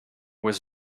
was